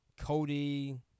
Cody